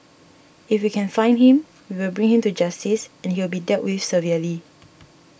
if we can find him we will bring him to justice and you will be dealt with severely